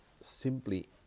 simply